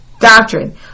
Doctrine